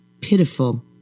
Pitiful